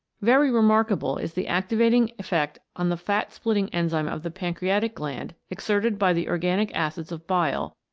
very remarkable is the activating effect on the fat-splitting enzyme of the pancreatic gland exerted by the organic acids of bile,